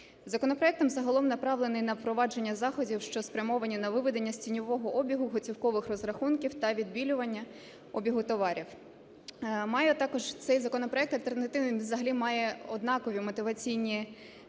Законопроект загалом направлений на впровадження заходів, що спрямовані на виведення з тіньового обігу готівкових розрахунків та відбілювання обігу товарів. Має також цей законопроект альтернативний, він взагалі має однакові мотиваційні наміри